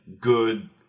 good